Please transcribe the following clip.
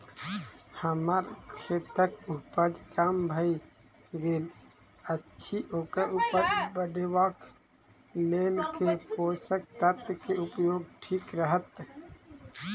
हम्मर खेतक उपज कम भऽ गेल अछि ओकर उपज बढ़ेबाक लेल केँ पोसक तत्व केँ उपयोग ठीक रहत?